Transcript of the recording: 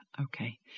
Okay